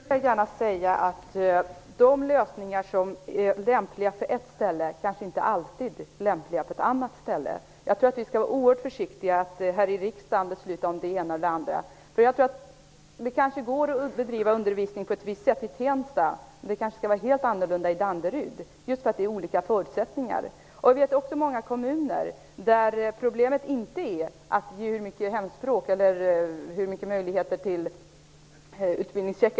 Fru talman! Först vill jag gärna säga att de lösningar som är lämpliga på ett ställe kanske inte alltid är lämpliga på ett annat. Jag tror att vi här i riksdagen skall vara försiktiga med att besluta om det ena eller det andra. Det kanske går att bedriva undervisning på ett visst sätt i Tensta, men det kanske skall vara helt annorlunda i Danderyd, just på grund av att förutsättningarna är olika. Jag vet också många kommuner där problemet inte är mängden hemspråk eller möjligheten till utbildningscheck.